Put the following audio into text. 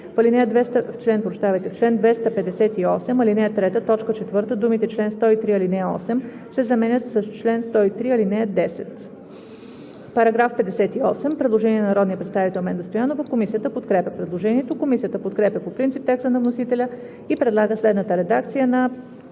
В чл. 258, ал. 3, т. 4 думите „чл. 103, ал. 8“ се заменят с „чл. 103, ал. 10“.“ По § 58 има предложение на народния представител Менда Стоянова. Комисията подкрепя предложението. Комисията подкрепя по принцип текста на вносителя и предлага следната редакция на